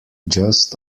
just